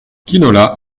quinola